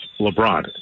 LeBron